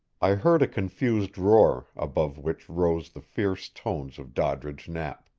i heard a confused roar, above which rose the fierce tones of doddridge knapp.